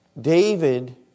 David